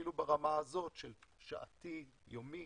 אפילו ברמה הזאת, של שעתי, יומי,